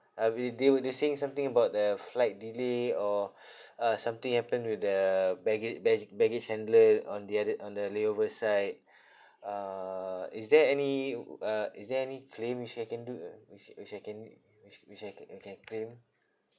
I mean they were they were saying something about the flight delay or uh something happened with the bagga~ bage~ baggage handler on the other on the layover side uh is there any oo uh is there any claim which I can do uh which which I can which which I ca~ uh can claim